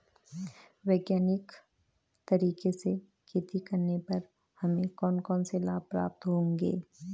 वैज्ञानिक तरीके से खेती करने पर हमें कौन कौन से लाभ प्राप्त होंगे?